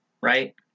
right